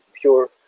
pure